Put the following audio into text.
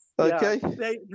Okay